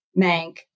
Mank